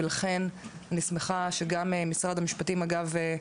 ולכן אני שמחה שגם משרד המשפטים, אגב,